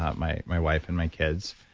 ah my my wife and my kids,